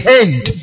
end